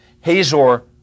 Hazor